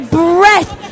breath